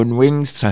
wings